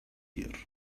year